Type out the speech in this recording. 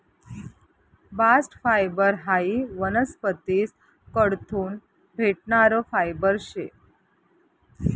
bast fibre हायी वनस्पतीस कडथून भेटणारं फायबर शे